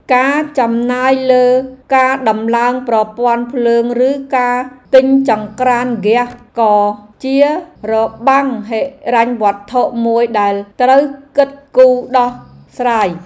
ការចំណាយលើការដំឡើងប្រព័ន្ធភ្លើងឬការទិញចង្ក្រានហ្គាសក៏ជារបាំងហិរញ្ញវត្ថុមួយដែលត្រូវគិតគូរដោះស្រាយ។